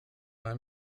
einem